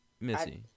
Missy